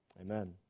amen